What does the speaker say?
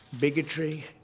bigotry